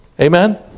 Amen